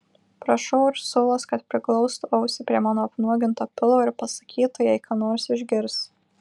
prašau ursulos kad priglaustų ausį prie mano apnuoginto pilvo ir pasakytų jei ką nors išgirs